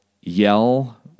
yell